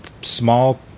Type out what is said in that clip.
small